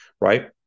right